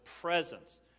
presence